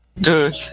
Dude